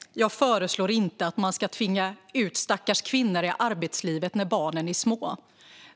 Fru talman! Nej, jag föreslår inte att man ska tvinga ut stackars kvinnor i arbetslivet när barnen är små.